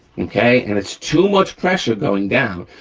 okay. and it's too much pressure going down,